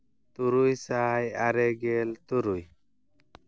ᱛᱩᱨᱩᱭ ᱥᱟᱭ ᱟᱨᱮ ᱜᱮᱞ ᱛᱩᱨᱩᱭ